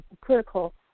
critical